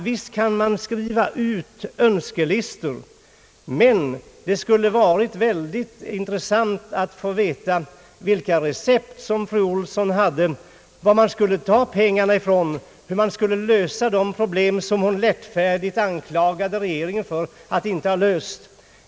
Visst kan man skriva önskelistor, men det skulle ha varit mycket intressant att få veta vilka recept som fru Olsson hade, varifrån man skulle ta pengarna, hur man skulle lösa de problem som hon lättfärdigt anklagade regeringen för att inte ha löst.